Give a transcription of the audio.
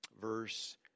verse